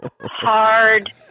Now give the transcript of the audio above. hard